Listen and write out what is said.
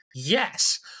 Yes